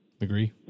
Agree